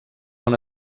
una